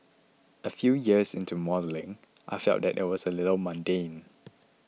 a few years into modelling I felt that it was a little mundane